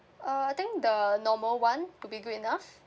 uh I think the normal one will be good enough